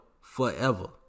forever